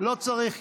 לא צריך,